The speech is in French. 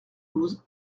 douze